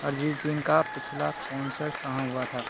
अरिजित सिंह का पिछला कॉन्सर्ट कहाँ हुआ था